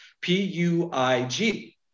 P-U-I-G